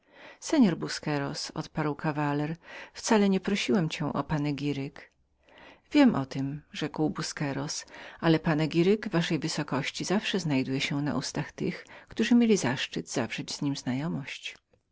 mości busqueros odparł kawaler wcale nie prosiłem cię o mój panegiryk wiem o tem rzekł busqueros ale panegiryk waszej wielmożności zawsze znajduje się na ustach tych którzy mają zaszczyt ściślejszych z nim